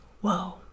whoa